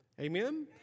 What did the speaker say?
Amen